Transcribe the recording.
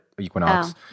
Equinox